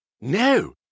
No